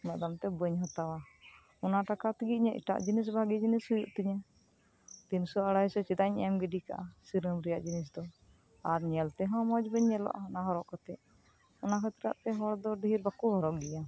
ᱩᱱᱟᱹᱜ ᱫᱟᱢ ᱛᱮ ᱵᱟᱹᱧ ᱦᱟᱛᱟᱣᱟ ᱚᱱᱟ ᱴᱟᱠᱟ ᱛᱮᱜᱮ ᱮᱴᱟᱜ ᱡᱤᱱᱤᱥ ᱵᱷᱟᱜᱮᱹ ᱡᱤᱱᱤᱥ ᱦᱳᱭᱳᱜ ᱛᱤᱧᱟ ᱛᱤᱱᱥᱳ ᱟᱲᱟᱭᱥᱳ ᱪᱮᱫᱟᱜ ᱤᱧ ᱮᱢ ᱜᱤᱰᱤ ᱠᱟᱜᱼᱟ ᱥᱤᱨᱚᱢ ᱨᱮᱭᱟᱜ ᱡᱤᱱᱤᱥ ᱫᱚ ᱟᱨ ᱧᱮᱞ ᱛᱮᱦᱚᱸ ᱢᱚᱸᱡᱽ ᱵᱟᱹᱧ ᱧᱮᱞᱚᱜᱼᱟ ᱚᱱᱟ ᱦᱚᱨᱚᱜ ᱠᱟᱛᱮ ᱟᱱᱟ ᱠᱷᱟᱹᱛᱤᱨᱟᱜ ᱛᱮ ᱦᱚᱲ ᱫᱚ ᱫᱷᱮᱨ ᱵᱟᱠᱚ ᱦᱚᱨᱚᱜ ᱜᱮᱭᱟ